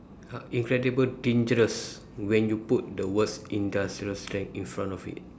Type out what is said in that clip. incredible dangerous when you put the words industrial strength in front of it